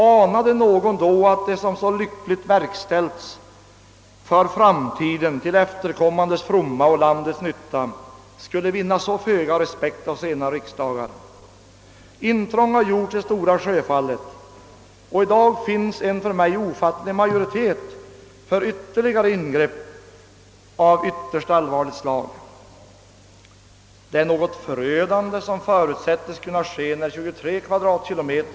Anade någon då att vad som därmed lyckligen åstadkommits för framtiden till efterkommandes fromma och landets nytta skulle vinna så föga respekt i senare riksdagar? Intrång har gjorts i Stora Sjöfallet. I dag finns en för mig ofattbar majoritet för förslag om ytterligare ingrepp av ytterst allvarligt slag. Det är något förödande som kommer att ske om 23 km?